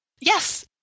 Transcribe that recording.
Yes